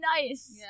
nice